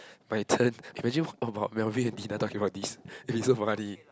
my turn imagine what about Melvin and Dina talking about this